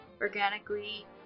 organically